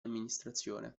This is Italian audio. amministrazione